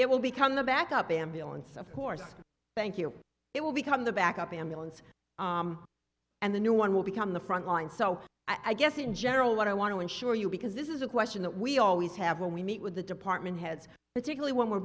it will become the back up ambulance of course thank you it will become the backup ambulance and the new one will become the front line so i guess in general what i want to insure you because this is a question that we always have when we meet with the department heads it's usually when we're